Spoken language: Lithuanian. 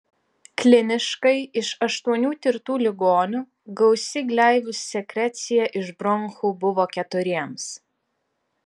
kliniškai iš aštuonių tirtų ligonių gausi gleivių sekrecija iš bronchų buvo keturiems